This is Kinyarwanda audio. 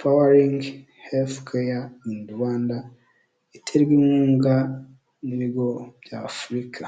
pawaringi herifu keya ini Rwanda, iterwa inkunga n'ibigo bya afurika.